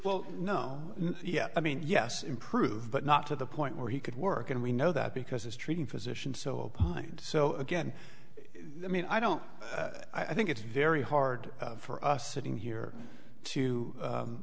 know yeah i mean yes improved but not to the point where he could work and we know that because his treating physician so opined so again i mean i don't i think it's very hard for us sitting here to